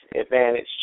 advantage